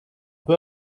peu